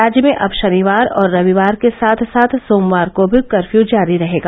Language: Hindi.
राज्य में अब शनिवार और रविवार के साथ साथ सोमवार को भी कर्फ़यू जारी रहेगा